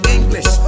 English